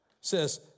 Says